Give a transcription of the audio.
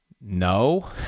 No